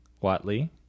Watley